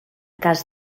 cas